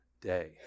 day